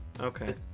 Okay